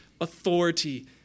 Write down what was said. authority